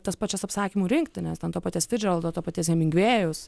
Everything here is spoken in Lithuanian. tas pačias apsakymų rinktines ant to paties fitzdžeraldo to paties hemingvėjaus